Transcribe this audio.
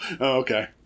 okay